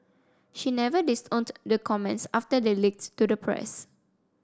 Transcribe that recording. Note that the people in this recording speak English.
she never disowned the comments after they leaked to the press